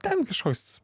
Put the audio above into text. ten kažkoks